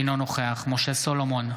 אינו נוכח משה סולומון,